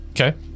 Okay